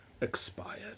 expired